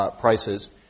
prices